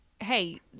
Hey